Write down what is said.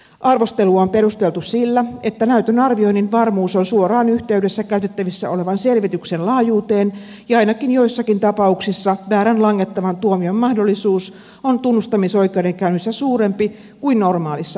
arvostelua on perusteltu sillä että näytön arvioinnin varmuus on suoraan yhteydessä käytettävissä olevan selvityksen laajuuteen ja ainakin joissakin tapauksissa väärän langettavan tuomion mahdollisuus on tunnustamisoikeudenkäynnissä suurempi kuin normaalissa oikeudenkäynnissä